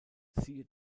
siehe